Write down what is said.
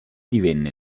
divenne